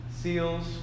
seals